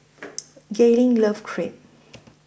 Gaylene loves Crepe